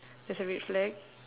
there's a red flag